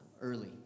early